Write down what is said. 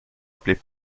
appelés